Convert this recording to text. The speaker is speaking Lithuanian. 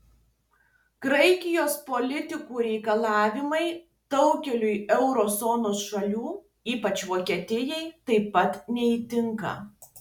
graikijos politikų reikalavimai daugeliui euro zonos šalių ypač vokietijai taip pat neįtinka